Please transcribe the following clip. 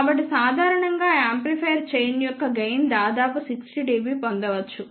కాబట్టి సాధారణంగా ఆ యాంప్లిఫైయర్ చైన్ యొక్క గెయిన్ దాదాపు 60 dB పొందవచ్చు